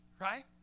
right